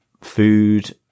food